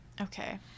Okay